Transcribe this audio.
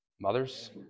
mothers